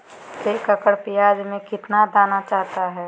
एक एकड़ प्याज में कितना दाना चाहता है?